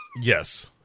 Yes